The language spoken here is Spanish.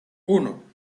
uno